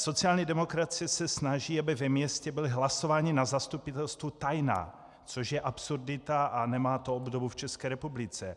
Sociální demokracie se snaží, aby ve městě byla hlasování na zastupitelstvu tajná, což je absurdita a nemá to obdobu v České republice.